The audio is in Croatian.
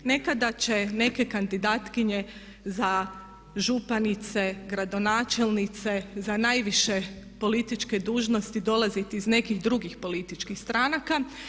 Nekada će neke kandidatkinje za županice, gradonačelnice, za najviše političke dužnosti dolaziti iz nekih drugih političkih stranaka.